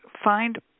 Find